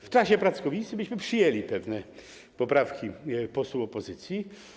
W czasie prac komisji myśmy przyjęli pewne poprawki posłów opozycji.